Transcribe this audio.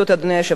אדוני היושב-ראש,